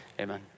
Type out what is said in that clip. amen